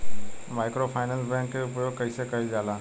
Microfinance bank के उपयोग कइसे कइल जाला?